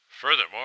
Furthermore